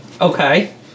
Okay